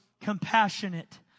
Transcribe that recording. compassionate